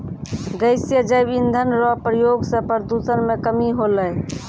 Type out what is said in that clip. गैसीय जैव इंधन रो प्रयोग से प्रदूषण मे कमी होलै